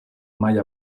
mai